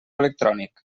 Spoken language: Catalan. electrònic